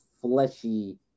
fleshy